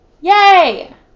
Yay